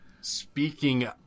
Speaking